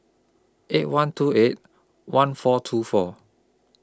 eight one two eight one four two four